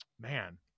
man